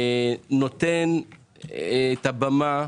נותן את הבמה,